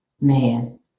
Man